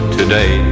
today